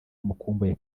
amukumbuye